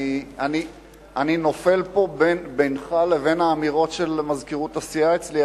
אני נופל פה בינך לבין האמירות של מזכירות הסיעה אצלי,